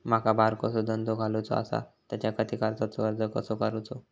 माका बारकोसो धंदो घालुचो आसा त्याच्याखाती कर्जाचो अर्ज कसो करूचो?